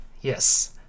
yes